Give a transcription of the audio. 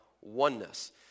oneness